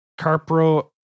Carpro